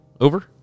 over